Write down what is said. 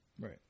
Right